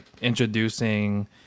introducing